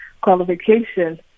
qualification